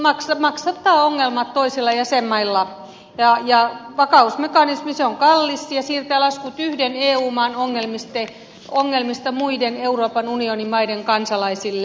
tämä vakaussopimus maksattaa ongelmat toisilla jäsenmailla ja vakausmekanismi on kallis ja siirtää laskut yhden eu maan ongelmista muiden euroopan unionin maiden kansalaisille